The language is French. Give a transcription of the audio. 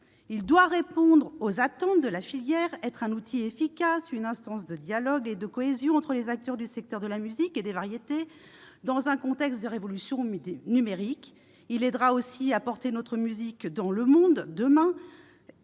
Il doit répondre aux attentes de la filière et être un outil efficace, une instance de dialogue et de cohésion entre les acteurs du secteur de la musique et des variétés dans un contexte de révolution numérique. Il aidera aussi à porter notre musique dans le monde demain,